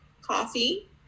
coffee